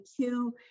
two